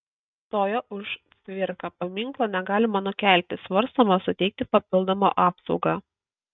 stojo už cvirką paminklo negalima nukelti svarstoma suteikti papildomą apsaugą